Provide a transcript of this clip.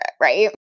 Right